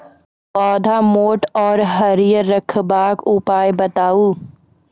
पौधा मोट आर हरियर रखबाक उपाय बताऊ?